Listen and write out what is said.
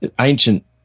ancient